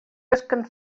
tusken